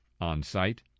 on-site